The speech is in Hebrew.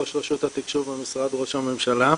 ראש רשות התקשוב במשרד ראש הממשלה.